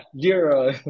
Zero